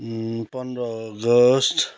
पन्ध्र अगस्त